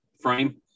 frame